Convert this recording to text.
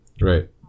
Right